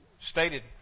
stated